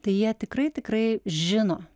tai jie tikrai tikrai žino